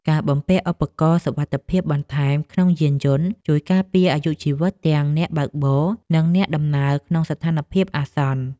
ការបំពាក់ឧបករណ៍សុវត្ថិភាពបន្ថែមក្នុងយានយន្តជួយការពារអាយុជីវិតទាំងអ្នកបើកបរ និងអ្នកដំណើរក្នុងស្ថានភាពអាសន្ន។